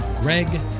Greg